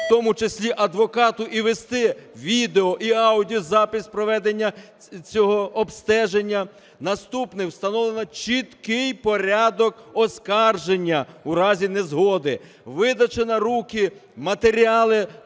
в тому числі адвокату, і вести відео- і аудіозапис проведення цього обстеження. Наступне. Встановлено чіткий порядок оскарження у разі незгоди, видачі на руки матеріалів